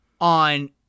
on